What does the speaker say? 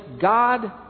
God